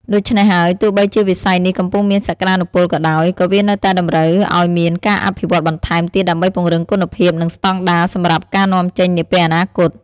ដូច្នេះហើយ ទោះបីជាវិស័យនេះកំពុងមានសក្តានុពលក៏ដោយ ក៏វានៅតែតម្រូវឲ្យមានការអភិវឌ្ឍបន្ថែមទៀតដើម្បីពង្រឹងគុណភាពនិងស្តង់ដារសម្រាប់ការនាំចេញនាពេលអនាគត។